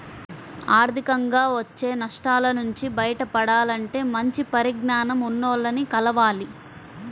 ఆర్థికంగా వచ్చే నష్టాల నుంచి బయటపడాలంటే మంచి పరిజ్ఞానం ఉన్నోల్లని కలవాలి